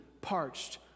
parched